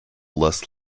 less